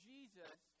Jesus